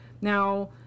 Now